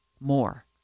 More